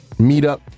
Meetup